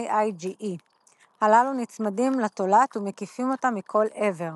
IgE. הללו נצמדים לתולעת ומקיפים אותה מכל עבר.